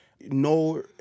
no